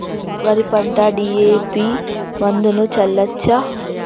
వరి పంట డి.ఎ.పి మందును చల్లచ్చా?